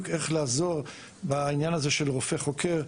איך לעזור בעניין הזה של רופא חוקר.